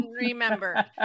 Remember